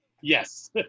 Yes